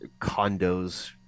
condos